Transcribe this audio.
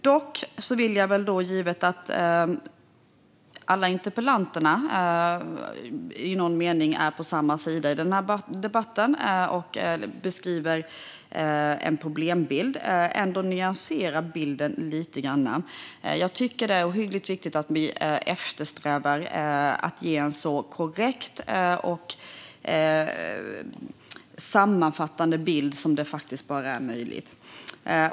Givet att alla debattörerna i interpellationsdebatten i någon mening är på samma sida i debatten och beskriver en problembild vill jag ändå nyansera bilden lite grann. Det är ohyggligt viktigt att vi eftersträvar att ge en så korrekt och sammanfattande bild som det bara är möjligt.